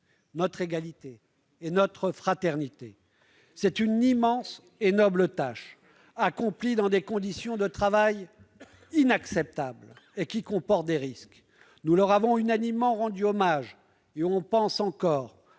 notre égalité et notre fraternité. C'est une immense et noble tâche, accomplie dans des conditions de travail inacceptables, et qui comporte des risques. Nous leur avons unanimement rendu hommage, et pensons